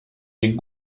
den